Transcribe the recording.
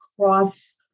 cross